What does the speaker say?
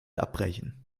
abbrechen